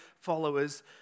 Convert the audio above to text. followers